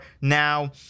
now